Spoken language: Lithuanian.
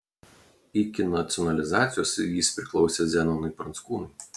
iki nacionalizacijos jis priklausė zenonui pranckūnui